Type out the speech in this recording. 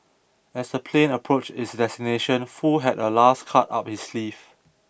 as the plane approached its destination Foo had a last card up his sleeve